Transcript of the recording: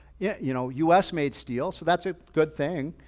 yeah you know you estimate steel, so that's a good thing,